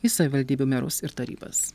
į savivaldybių merus ir tarybas